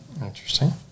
Interesting